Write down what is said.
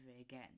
again